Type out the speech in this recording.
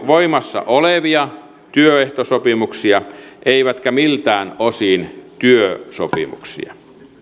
voimassa olevia työehtosopimuksia eivätkä miltään osin työsopimuksia